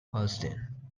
holstein